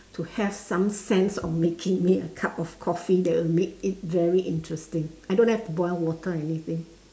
to have some sense of making me a cup of coffee that would make it very interesting I don't have to boil water or anything